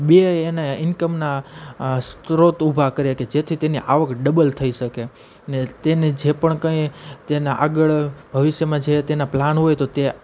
બે અને ઇન્કમના સ્ત્રોત ઊભા કર્યા કે જેથી તેની આવક ડબલ થઈ શકે ને તેને જે પણ કંઈ તેના આગળ ભવિષ્યમાં જે તેના પ્લાન હોય તો તે